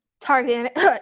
targeting